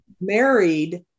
married